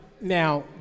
Now